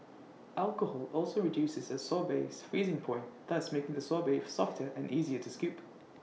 alcohol also reduces A sorbet's freezing point thus making the sorbet softer and easier to skip